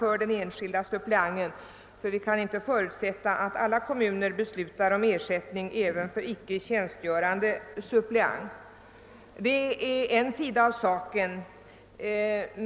Vi kan nämligen inte förutsätta att alla kommuner beslutar om ersättning även för icke tjänstgörande suppleanter. — Det är en sida av saken.